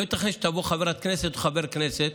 לא ייתכן שיבואו חברת כנסת או חבר כנסת